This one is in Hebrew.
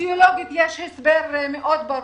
סוציולוגית יש הסבר מאוד ברור.